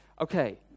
okay